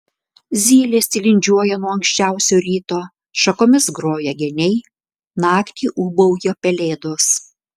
zylės tilindžiuoja nuo anksčiausio ryto šakomis groja geniai naktį ūbauja pelėdos